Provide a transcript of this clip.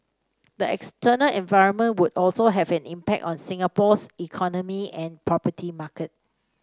the external environment would also have an impact on Singapore's economy and property market